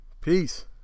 peace